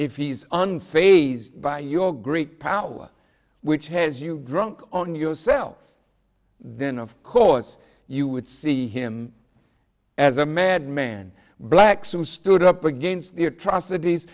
if he's unfazed by your great power which has you drunk on yourself then of course you would see him as a madman blacks who stood up against the atrocities